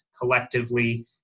collectively